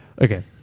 Okay